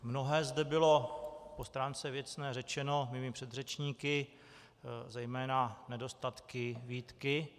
Mnohé zde bylo po stránce věcné řečeno mými předřečníky, zejména nedostatky, výtky.